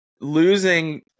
losing